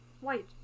White